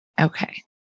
Okay